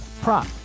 prop